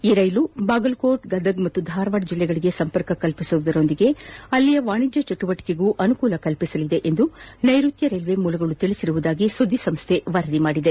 ಈ ರೈಲು ಬಾಗಲಕೋಟೆ ಗದಗ ಮತ್ತು ಧಾರವಾಡ ಜಿಲ್ಲೆಗಳಿಗೆ ಸಂಪರ್ಕ ಕಲ್ಪಿಸುವುದರ ಜತೆಗೆ ಇಲ್ಲಿನ ವಾಣಿಜ್ಯ ಚಟುವಟಿಕೆಗಳಿಗೂ ಅನುಕೂಲವಾಗಲಿದೆ ಎಂದು ನೈರುತ್ಯ ರೈಲ್ವೇ ಮೂಲಗಳು ತಿಳಿಸಿವೆ ಎಂದು ಸುದ್ದಿ ಸಂಸ್ಥೆ ವರದಿ ಮಾಡಿದೆ